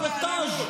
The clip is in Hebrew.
תודה.